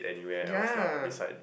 ya